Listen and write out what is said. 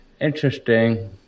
Interesting